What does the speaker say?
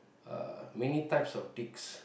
uh many types of dicks